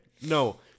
no